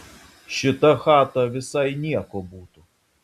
šita chata visai nieko būtų